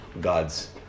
God's